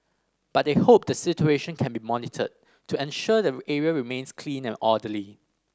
but they hope the situation can be monitored to ensure the area remains clean and orderly